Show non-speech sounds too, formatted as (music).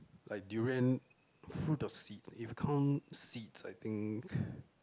like durian fruit or seed eh if count seeds I think (breath)